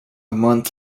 month